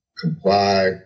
comply